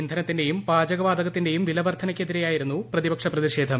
ഇന്ധനത്തിന്റെയും പാചകവാതകത്തിന്റെയും വില വർദ്ധനയ്ക്ക് എതിരെയായിരുന്നു പ്രതിപക്ഷ പ്രതിഷേധം